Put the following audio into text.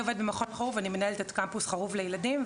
אני עובדת במכון חרוב ואני מנהלת את קמפוס חרוב לילדים,